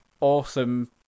awesome